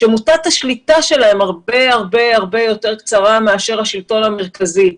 שמוטת השליטה שלהם הרבה יותר קצרה מאשר השלטון המרכזי.